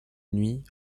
nuit